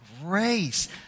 grace